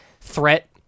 threat